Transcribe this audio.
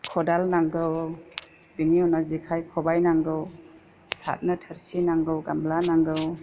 खदाल नांगौ बेनि उनाव जेखाइ खबाइ नांगौ सारनो थोरसि नांगौ गामब्ला नांगौ